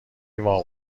واق